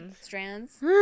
strands